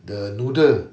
the noodle